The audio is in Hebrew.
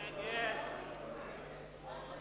ההצעה